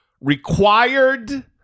Required